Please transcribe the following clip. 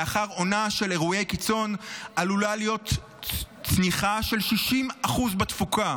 לאחר עונה של גידולי קיצון עלולה להיות צניחה של 60% בתפוקה.